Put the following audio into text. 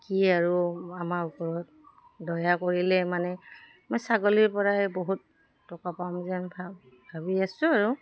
কি আৰু আমাৰ ওপৰত দয়া কৰিলে মানে মই ছাগলীৰ পৰাই বহুত টকা পাম যেন ভা ভাবি আছোঁ আৰু